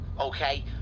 okay